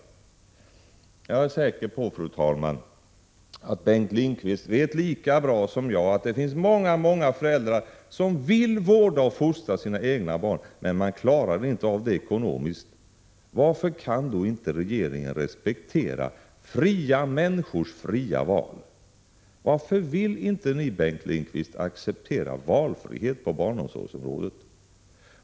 Fru talman! Jag är säker på att Bengt Lindqvist vet lika bra som jag att det finns många föräldrar som vill vårda och fostra sina egna barn men att de inte klarar av detta ekonomiskt. Varför kan då inte regeringen respektera fria människors fria val? Varför vill ni inte acceptera valfrihet på barnomsorgsområdet?